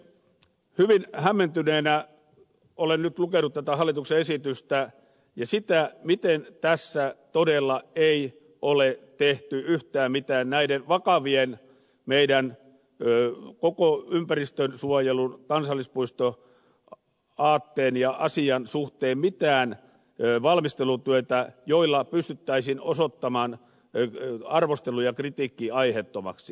hyvin hämmentyneenä olen nyt lukenut tätä hallituksen esitystä ja sitä miten tässä todella ei ole tehty yhtään mitään näiden vakavien asioiden koko meidän ympäristönsuojelumme kansallispuistoaatteen ja asian suhteen mitään valmistelutyötä jolla pystyttäisiin osoittamaan arvostelu ja kritiikki aiheettomaksi